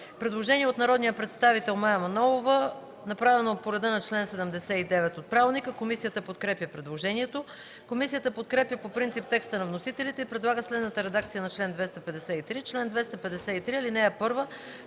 Предложение от народния представител Мая Манолова, направено по реда на чл. 79, ал. 4, т. 2 от ПОДНС. Комисията подкрепя предложението. Комисията подкрепя по принцип текста на вносителите и предлага следната редакция на чл. 253: „Чл. 253. (1)